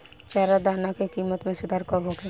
चारा दाना के किमत में सुधार कब होखे?